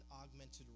augmented